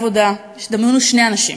דמיינו שני אנשים: